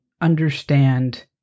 understand